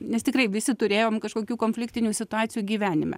nes tikrai visi turėjom kažkokių konfliktinių situacijų gyvenime